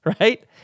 Right